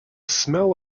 smell